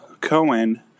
Cohen